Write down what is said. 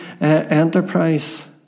enterprise